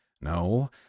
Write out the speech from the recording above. no